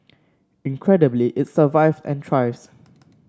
incredibly it survived and thrives